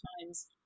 times